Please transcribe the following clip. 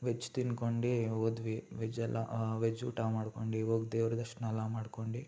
veg ತಿಂದ್ಕೊಂಡು ಹೋದ್ವಿ ವೆಜ್ಜೆಲ್ಲ ವೆಜ್ ಊಟ ಮಾಡ್ಕೊಂಡು ಹೋಗಿ ದೇವ್ರ ದರ್ಶನ ಎಲ್ಲ ಮಾಡ್ಕೊಂಡು